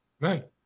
right